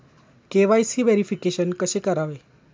KYC verification कसे करावे?